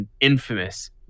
infamous